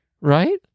Right